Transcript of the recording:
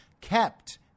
kept